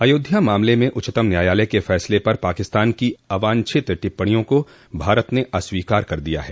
अयोध्या मामले में उच्चतम न्यायालय के फैसले पर पाकिस्तान की आवांछित टिप्पणियों को भारत ने अस्वीकार कर दिया है